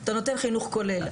אתה נותן חינוך כולל,